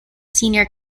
senior